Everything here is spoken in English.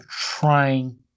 trying